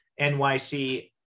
NYC